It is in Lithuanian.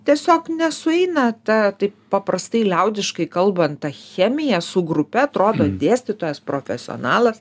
tiesiog nesueina ta taip paprastai liaudiškai kalban ta chemija su grupe atrodo dėstytojas profesionalas